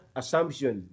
assumption